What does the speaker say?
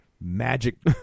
magic